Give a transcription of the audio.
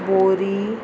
बोरी